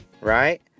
right